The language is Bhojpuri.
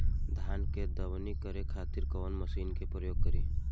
धान के दवनी करे खातिर कवन मशीन के प्रयोग करी?